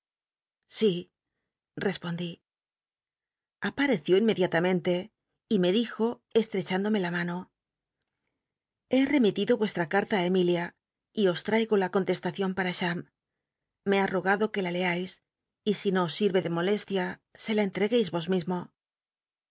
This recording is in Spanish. si respondí apareció iumed ialamcnle y me dij o estrecluindome la mano lle remitido yucslln carta á emitía y os traigo la contestacion para cham le ha rogado que la leais y si no os sine de molestia se la enlregueis y os mismo